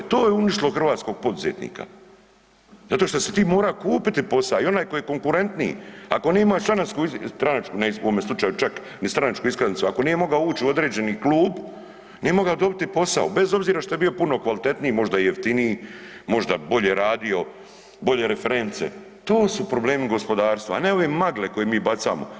To je uništilo hrvatskog poduzetnika, zato što si ti morao kupiti posao, i onaj koji je konkurentniji, ako nemaš stranačku, u ovome slučaju čak ni stranačku iskaznicu, ako nije mogao uć u određeni klub, nije mogao dobiti posao bez obzira što je bio puno kvalitetniji, možda i jeftiniji, možda bolje radio bolje reference, to su problemi u gospodarstvu a ne ove magle koje mi bacamo.